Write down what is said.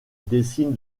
dessine